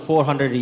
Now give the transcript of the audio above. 400